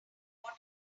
what